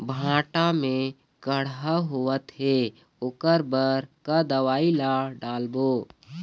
भांटा मे कड़हा होअत हे ओकर बर का दवई ला डालबो?